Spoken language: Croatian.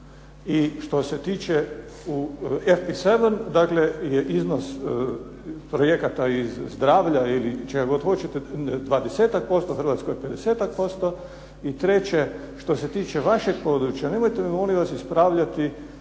se ne razumije./…, dakle je iznos projekata iz zdravlja ili čega god hoćete 20-ak posto, u Hrvatskoj 50-ak posto. I treće, što se tiče vašeg područja. Nemojte me molim vas ispravljati